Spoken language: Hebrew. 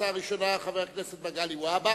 הצעה ראשונה היא של חבר הכנסת מגלי והבה.